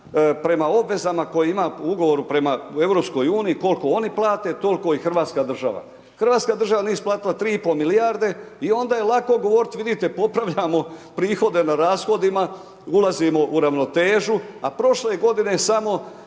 prema obvezama koje ima po ugovoru prema Europskoj uniji, kol'ko oni plate, tol'ko i hrvatska država. Hrvatska država nije isplatila 3,5 milijarde, i onda je lako govoriti, vidite popravljamo prihode na rashodima, ulazimo u ravnotežu, a prošle godine samo,